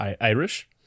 Irish